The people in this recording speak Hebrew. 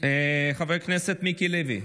חבר הכנסת מיקי לוי.